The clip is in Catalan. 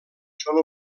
són